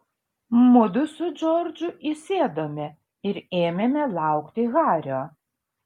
mudu su džordžu įsėdome ir ėmėme laukti hario